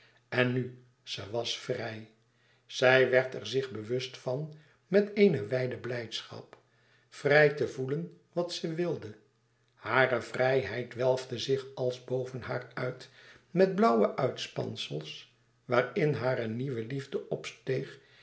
en nu ze was vrij zij werd er zich bewust van met eene wijde blijdschap vrij te voelen wat ze wilde hare vrijheid welfde zich als boven haar uit met blauwe uitspansels waarin hare nieuwe liefde opsteeg